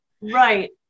Right